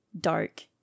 dark